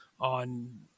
on